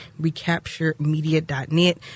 recapturemedia.net